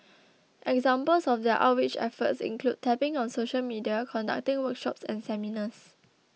examples of their outreach efforts include tapping on social media conducting workshops and seminars